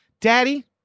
Daddy